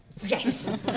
Yes